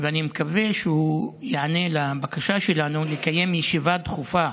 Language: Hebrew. ואני מקווה שהוא ייענה לבקשה שלנו לקיים ישיבה דחופה